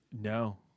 No